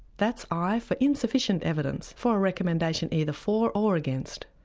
that's i for insufficient evidence for a recommendation either for or against.